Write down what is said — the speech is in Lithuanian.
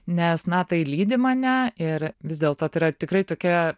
nes na tai lydi mane ir vis dėlto tai yra tikrai tokia